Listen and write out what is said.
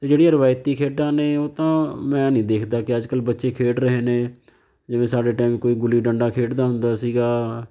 ਅਤੇ ਜਿਹੜੀਆਂ ਰਵਾਇਤੀ ਖੇਡਾਂ ਨੇ ਉਹ ਤਾਂ ਮੈਂ ਨਹੀਂ ਦੇਖਦਾ ਕਿ ਅੱਜ ਕੱਲ੍ਹ ਬੱਚੇ ਖੇਡ ਰਹੇ ਨੇ ਜਿਵੇਂ ਸਾਡੇ ਟਾਈਮ ਕੋਈ ਗੁੱਲੀ ਡੰਡਾ ਖੇਡਦਾ ਹੁੰਦਾ ਸੀਗਾ